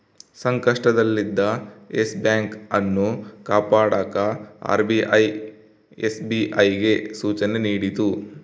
ಸಂಕಷ್ಟದಲ್ಲಿದ್ದ yes bank ಅನ್ನು ಕಾಪಾಡಕ ಆರ್.ಬಿ.ಐ ಎಸ್.ಬಿ.ಐಗೆ ಸೂಚನೆ ನೀಡಿತು